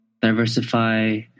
diversify